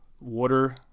water